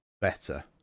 better